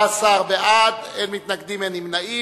14 בעד, אין מתנגדים ואין נמנעים.